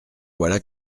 voilà